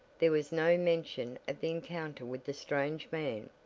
there was no mention of the encounter with the strange man.